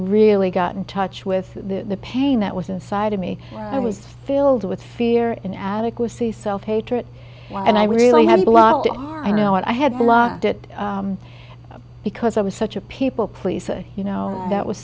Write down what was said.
really got in touch with the pain that was inside of me i was filled with fear and adequacy self hatred and i really had a lot i know i had blocked it because i was such a people pleaser you know that was